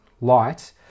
light